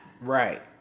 Right